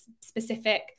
specific